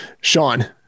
Sean